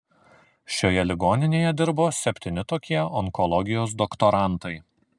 šioje ligoninėje dirbo septyni tokie onkologijos doktorantai